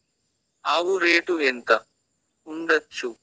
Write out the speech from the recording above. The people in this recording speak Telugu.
ఆవు రేటు ఎంత ఉండచ్చు?